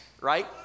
right